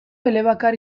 elebakar